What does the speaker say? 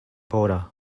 border